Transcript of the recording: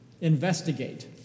Investigate